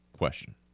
question